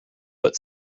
but